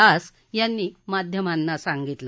दास यांनी माध्यमांना सांगितलं